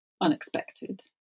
unexpected